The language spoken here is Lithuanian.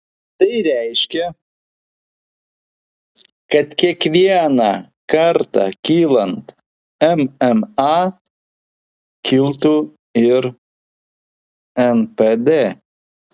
tai reiškia kad kiekvieną kartą kylant mma kiltų ir npd